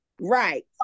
Right